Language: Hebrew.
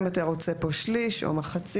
השאלה אם אתה רוצה פה שליש או מחצית?